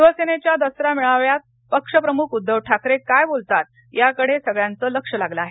शिवसेनेच्या दसरा मेळाव्यात पक्ष प्रमुख उद्धव ठाकरे काय बोलतात याकडे सगळ्यांच लक्ष लागल आहे